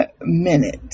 minute